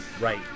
Right